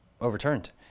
overturned